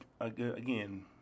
again